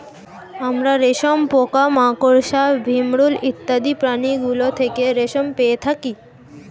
আমরা রেশম পোকা, মাকড়সা, ভিমরূল ইত্যাদি প্রাণীগুলো থেকে রেশম পেয়ে থাকি